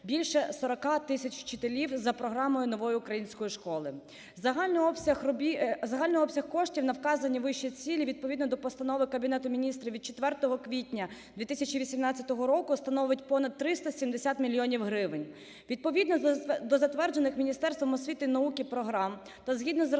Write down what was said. більше 40 тисяч вчителів за програмою "Нової української школи". Загальний обсяг коштів на вказані вище цілі відповідно до постанови Кабінету Міністрів від 4 квітня 2018 року становить понад 370 мільйонів гривень. Відповідно до затверджених Міністерством освіти і науки програм та згідно з розпорядженням